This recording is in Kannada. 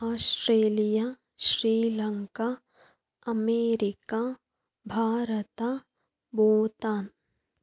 Australia Sri Lanka America Bharat Bhutan